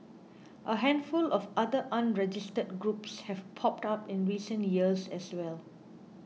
a handful of other unregistered groups have popped up in recent years as well